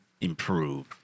improve